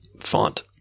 font